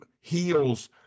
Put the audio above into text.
heals